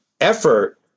effort